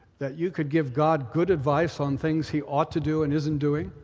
that you could give god good advice on things he ought to do and isn't doing?